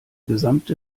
gesamte